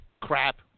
crap